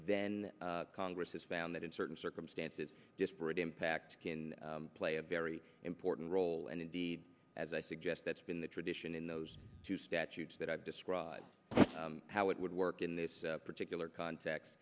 then congress has found that in certain circumstances disparate impact can play a very important role and indeed as i suggest that's been the tradition in those two statutes that i've described how it would work in this particular cont